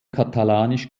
katalanisch